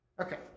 Okay